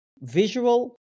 visual